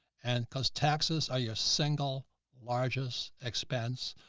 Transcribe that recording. and because taxes are your single largest expense.